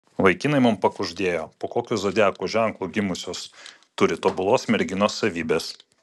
vaikinai mums pakuždėjo po kokiu zodiako ženklu gimusios turi tobulos merginos savybes